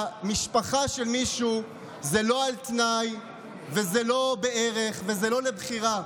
משפחה של מישהו זה לא על תנאי וזה לא בערך וזה לא לבחירה.